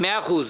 מאה אחוז.